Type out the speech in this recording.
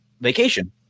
vacation